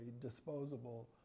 disposable